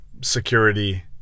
security